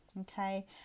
Okay